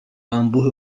انبوه